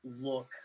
look